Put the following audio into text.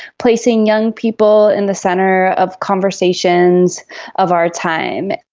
placing young people in the centre of conversations of our time.